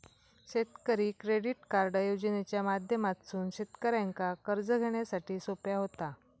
शेतकरी credit card योजनेच्या माध्यमातसून शेतकऱ्यांका कर्ज घेण्यासाठी सोप्या व्हता